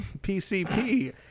PCP